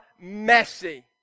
messy